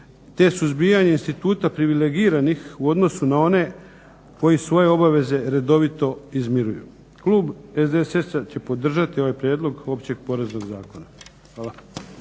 te suzbijanje instituta privilegiranih u odnosu na one koji svoje obaveze redovito izmiruju. Klub SDSS-a će podržati ovaj prijedlog Općeg poreznog zakona. Hvala.